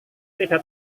tidak